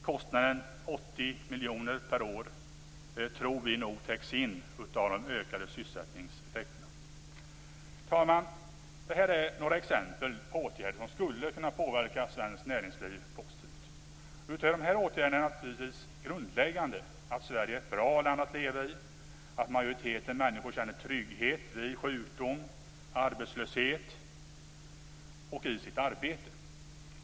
Kostnaden 80 miljoner per år täcks in av de ökade sysselsättningseffekterna. Herr talman! Detta är exempel på åtgärder som skulle kunna påverka svenskt näringsliv positivt. Utöver dessa åtgärder är det givetvis grundläggande att Sverige är ett bra land att leva i, att majoriteten människor känner trygghet vid sjukdom, arbetslöshet och i sitt arbete.